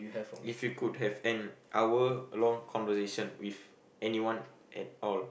if you could have an hour of long conversation with anyone at all